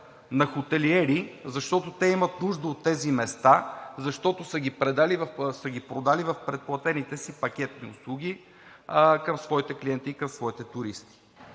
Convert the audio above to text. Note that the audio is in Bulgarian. на хотелиери, защото те имат нужда от тези места, защото са ги продали в предплатените си пакетни услуги към своите клиенти и към своите туристи.